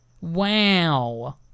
wow